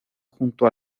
junto